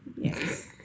Yes